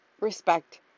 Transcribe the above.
respect